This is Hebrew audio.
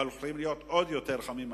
אבל יכולים להיות עוד יותר חמים.